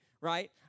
right